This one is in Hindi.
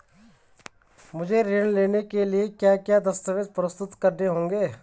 मुझे ऋण लेने के लिए क्या क्या दस्तावेज़ प्रस्तुत करने होंगे?